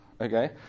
Okay